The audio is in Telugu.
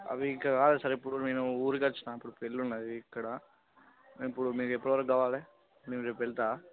అవి ఇంకా కాలేదు సార్ ఇప్పుడు నేను ఊరికి వచ్చినా ఇప్పుడు పెళ్ళి ఉన్నది ఇక్కడా మేము ఇప్పుడు మీరు ఎప్పుడు వరకు కావాలి మేము రేపు వెళతాను